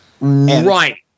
right